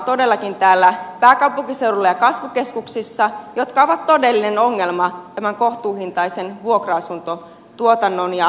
todellakin täällä pääkaupunkiseudulla ja kasvukeskuksissa on tyhjillään olevia asuntoja jotka ovat todellinen ongelma tämän kohtuuhintaisen vuokra asuntotuotannon ja asumisen suhteen